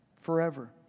forever